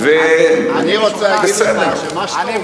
אני רוצה להגיד לך שמה שאתה אומר, בסדר.